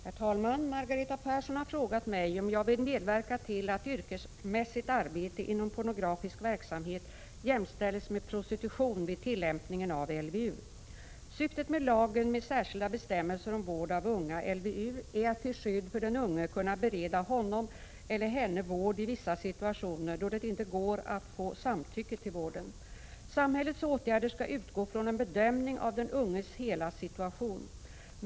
Herr talman! Margareta Persson har frågat mig om jag vill medverka till att yrkesmässigt arbete inom pornografisk verksamhet jämställes med prostitution vid tillämpningen av LVU. Syftet med lagen med särskilda bestämmelser om vård av unga är att till skydd för den unge kunna bereda honom eller henne vård i vissa situationer då det inte går att få samtycke till vården. Samhällets åtgärder skall utgå från en bedömning av den unges hela situation.